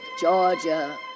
Georgia